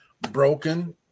broken